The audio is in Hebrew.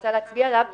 שחנית מצביעה עליו הוא